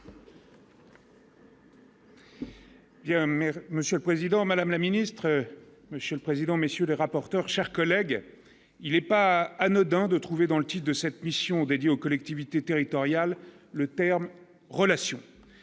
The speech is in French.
monsieur le Président, Madame la Ministre, Monsieur le Président, messieurs les rapporteurs, chers collègues, il n'est pas anodin de trouver dans le sud de cette mission dédiée aux collectivités territoriales le terme relation